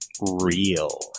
Real